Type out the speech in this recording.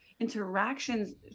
Interactions